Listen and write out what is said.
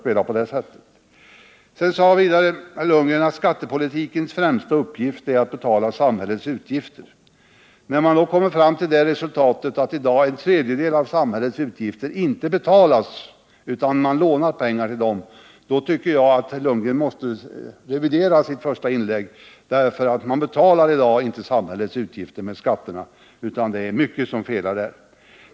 Bo Lundgren sade även att skattepolitikens främsta uppgift är att betala samhällets utgifter. När man då kommer fram till det resultatet att en tredjedel av samhällets utgifter inte betalas utan pengar lånas till dem, måste Bo Lundgren revidera sitt första inlägg. Man betalar i dag inte samhällets utgifter med skatter, utan mycket felas.